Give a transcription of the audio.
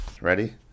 ready